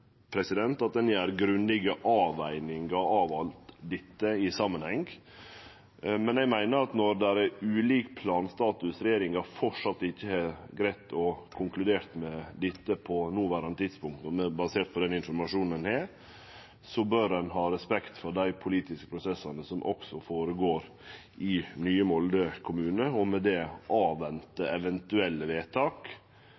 samanheng. Men eg meiner at når det er ulik planstatus og regjeringa på noverande tidspunkt enno ikkje har greidd å konkludere basert på den informasjonen ein har, bør ein ha respekt for dei politiske prosessane som går føre seg i nye Molde kommune, og med det